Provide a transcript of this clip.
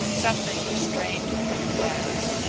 something restrained me from that.